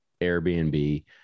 Airbnb